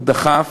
הוא דחף,